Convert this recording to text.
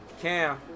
cam